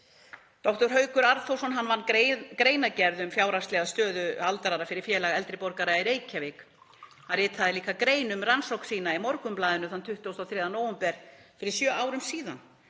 Dr. Haukur Arnþórsson vann greinargerð um fjárhagslega stöðu aldraðra fyrir Félag eldri borgara í Reykjavík. Hann ritaði líka grein um rannsókn sína í Morgunblaðinu þann 23. nóvember fyrir sjö árum.